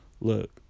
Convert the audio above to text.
look